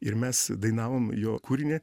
ir mes dainavom jo kūrinį